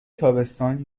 تابستان